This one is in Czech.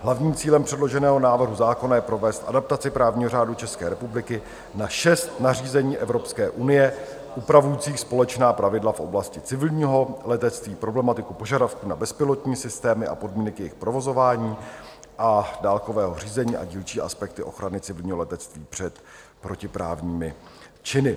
Hlavní cílem předloženého návrhu zákona je provést adaptaci právního řádu České republiky na šest nařízení Evropské unie upravujících společná pravidla v oblasti civilního letectví, problematiku požadavku na bezpilotní systémy a podmínky jejich provozování a dálkového řízení a dílčí aspekty ochrany civilního letectví před protiprávními činy.